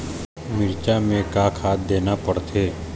मिरचा मे का खाद देना पड़थे?